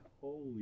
Holy